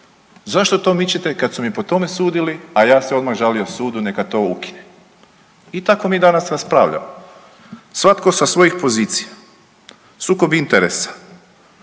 zašto to mičete kad su mi po tome sudili, a ja se odmah žalio sudu neka to ukine i tako mi danas raspravljamo svatko sa svojih pozicija. Sukob interesa,